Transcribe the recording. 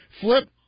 Flip